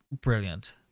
brilliant